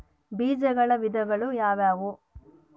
ಬೇಜಗಳ ವಿಧಗಳು ಯಾವುವು?